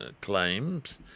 claims